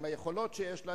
עם היכולות שיש לה,